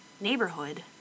neighborhood